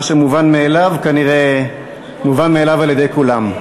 מה שמובן מאליו, כנראה מובן מאליו על-ידי כולם.